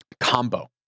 combo